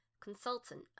consultant